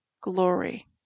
glory